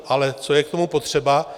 Ale co je k tomu potřeba?